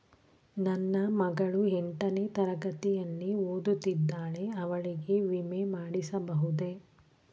ನನ್ನ ಮಗಳು ಎಂಟನೇ ತರಗತಿಯಲ್ಲಿ ಓದುತ್ತಿದ್ದಾಳೆ ಅವಳಿಗೆ ವಿಮೆ ಮಾಡಿಸಬಹುದೇ?